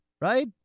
right